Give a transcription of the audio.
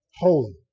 holy